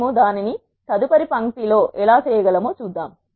మేము దానిని తదుపరి పంక్తి లో ఎలా చేయగలమో చూద్దాము